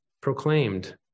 proclaimed